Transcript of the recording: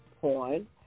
porn